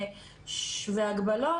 והגבלות,